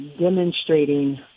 demonstrating